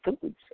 foods